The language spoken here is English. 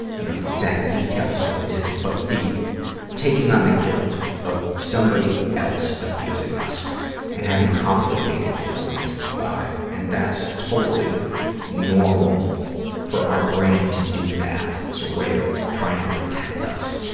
you know, the exact detail of this but the taking on the guilt of somebody else abusing us and having complicated feelings about it. and that's totally normal for our brain to do that. it's a way of trying to protect us.